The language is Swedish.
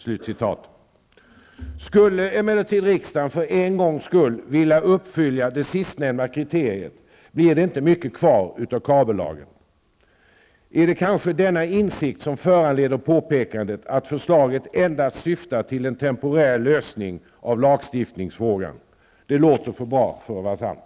Skulle emellertid riksdagen för en gångs skull vilja uppfylla detta sistnämnda kriterie blir det inte mycket kvar av kabellagen. Är det kanske denna insikt som föranleder påpekandet att förslaget endast syftar till en temporär lösning av lagstiftningsfrågan? Det låter för bra för att vara sant.